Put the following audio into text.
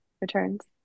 returns